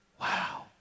wow